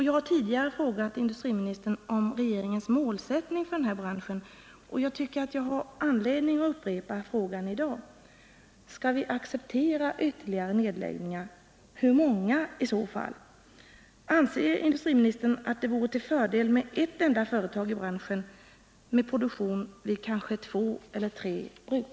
Jag har tidigare frågat industriministern om regeringens målsättning för den här branschen, och jag tycker jag har all anledning att upprepa frågan i dag. Skall vi acceptera ytterligare nedläggningar? Hur många i så fall? Anser industriministern att det vore till fördel med ett enda företag i branschen med produktion vid kanske två eller tre bruk?